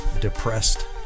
depressed